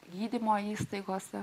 gydymo įstaigose